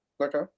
Okay